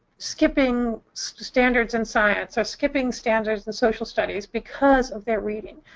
skipping standards in science or skipping standards in social studies because of their reading.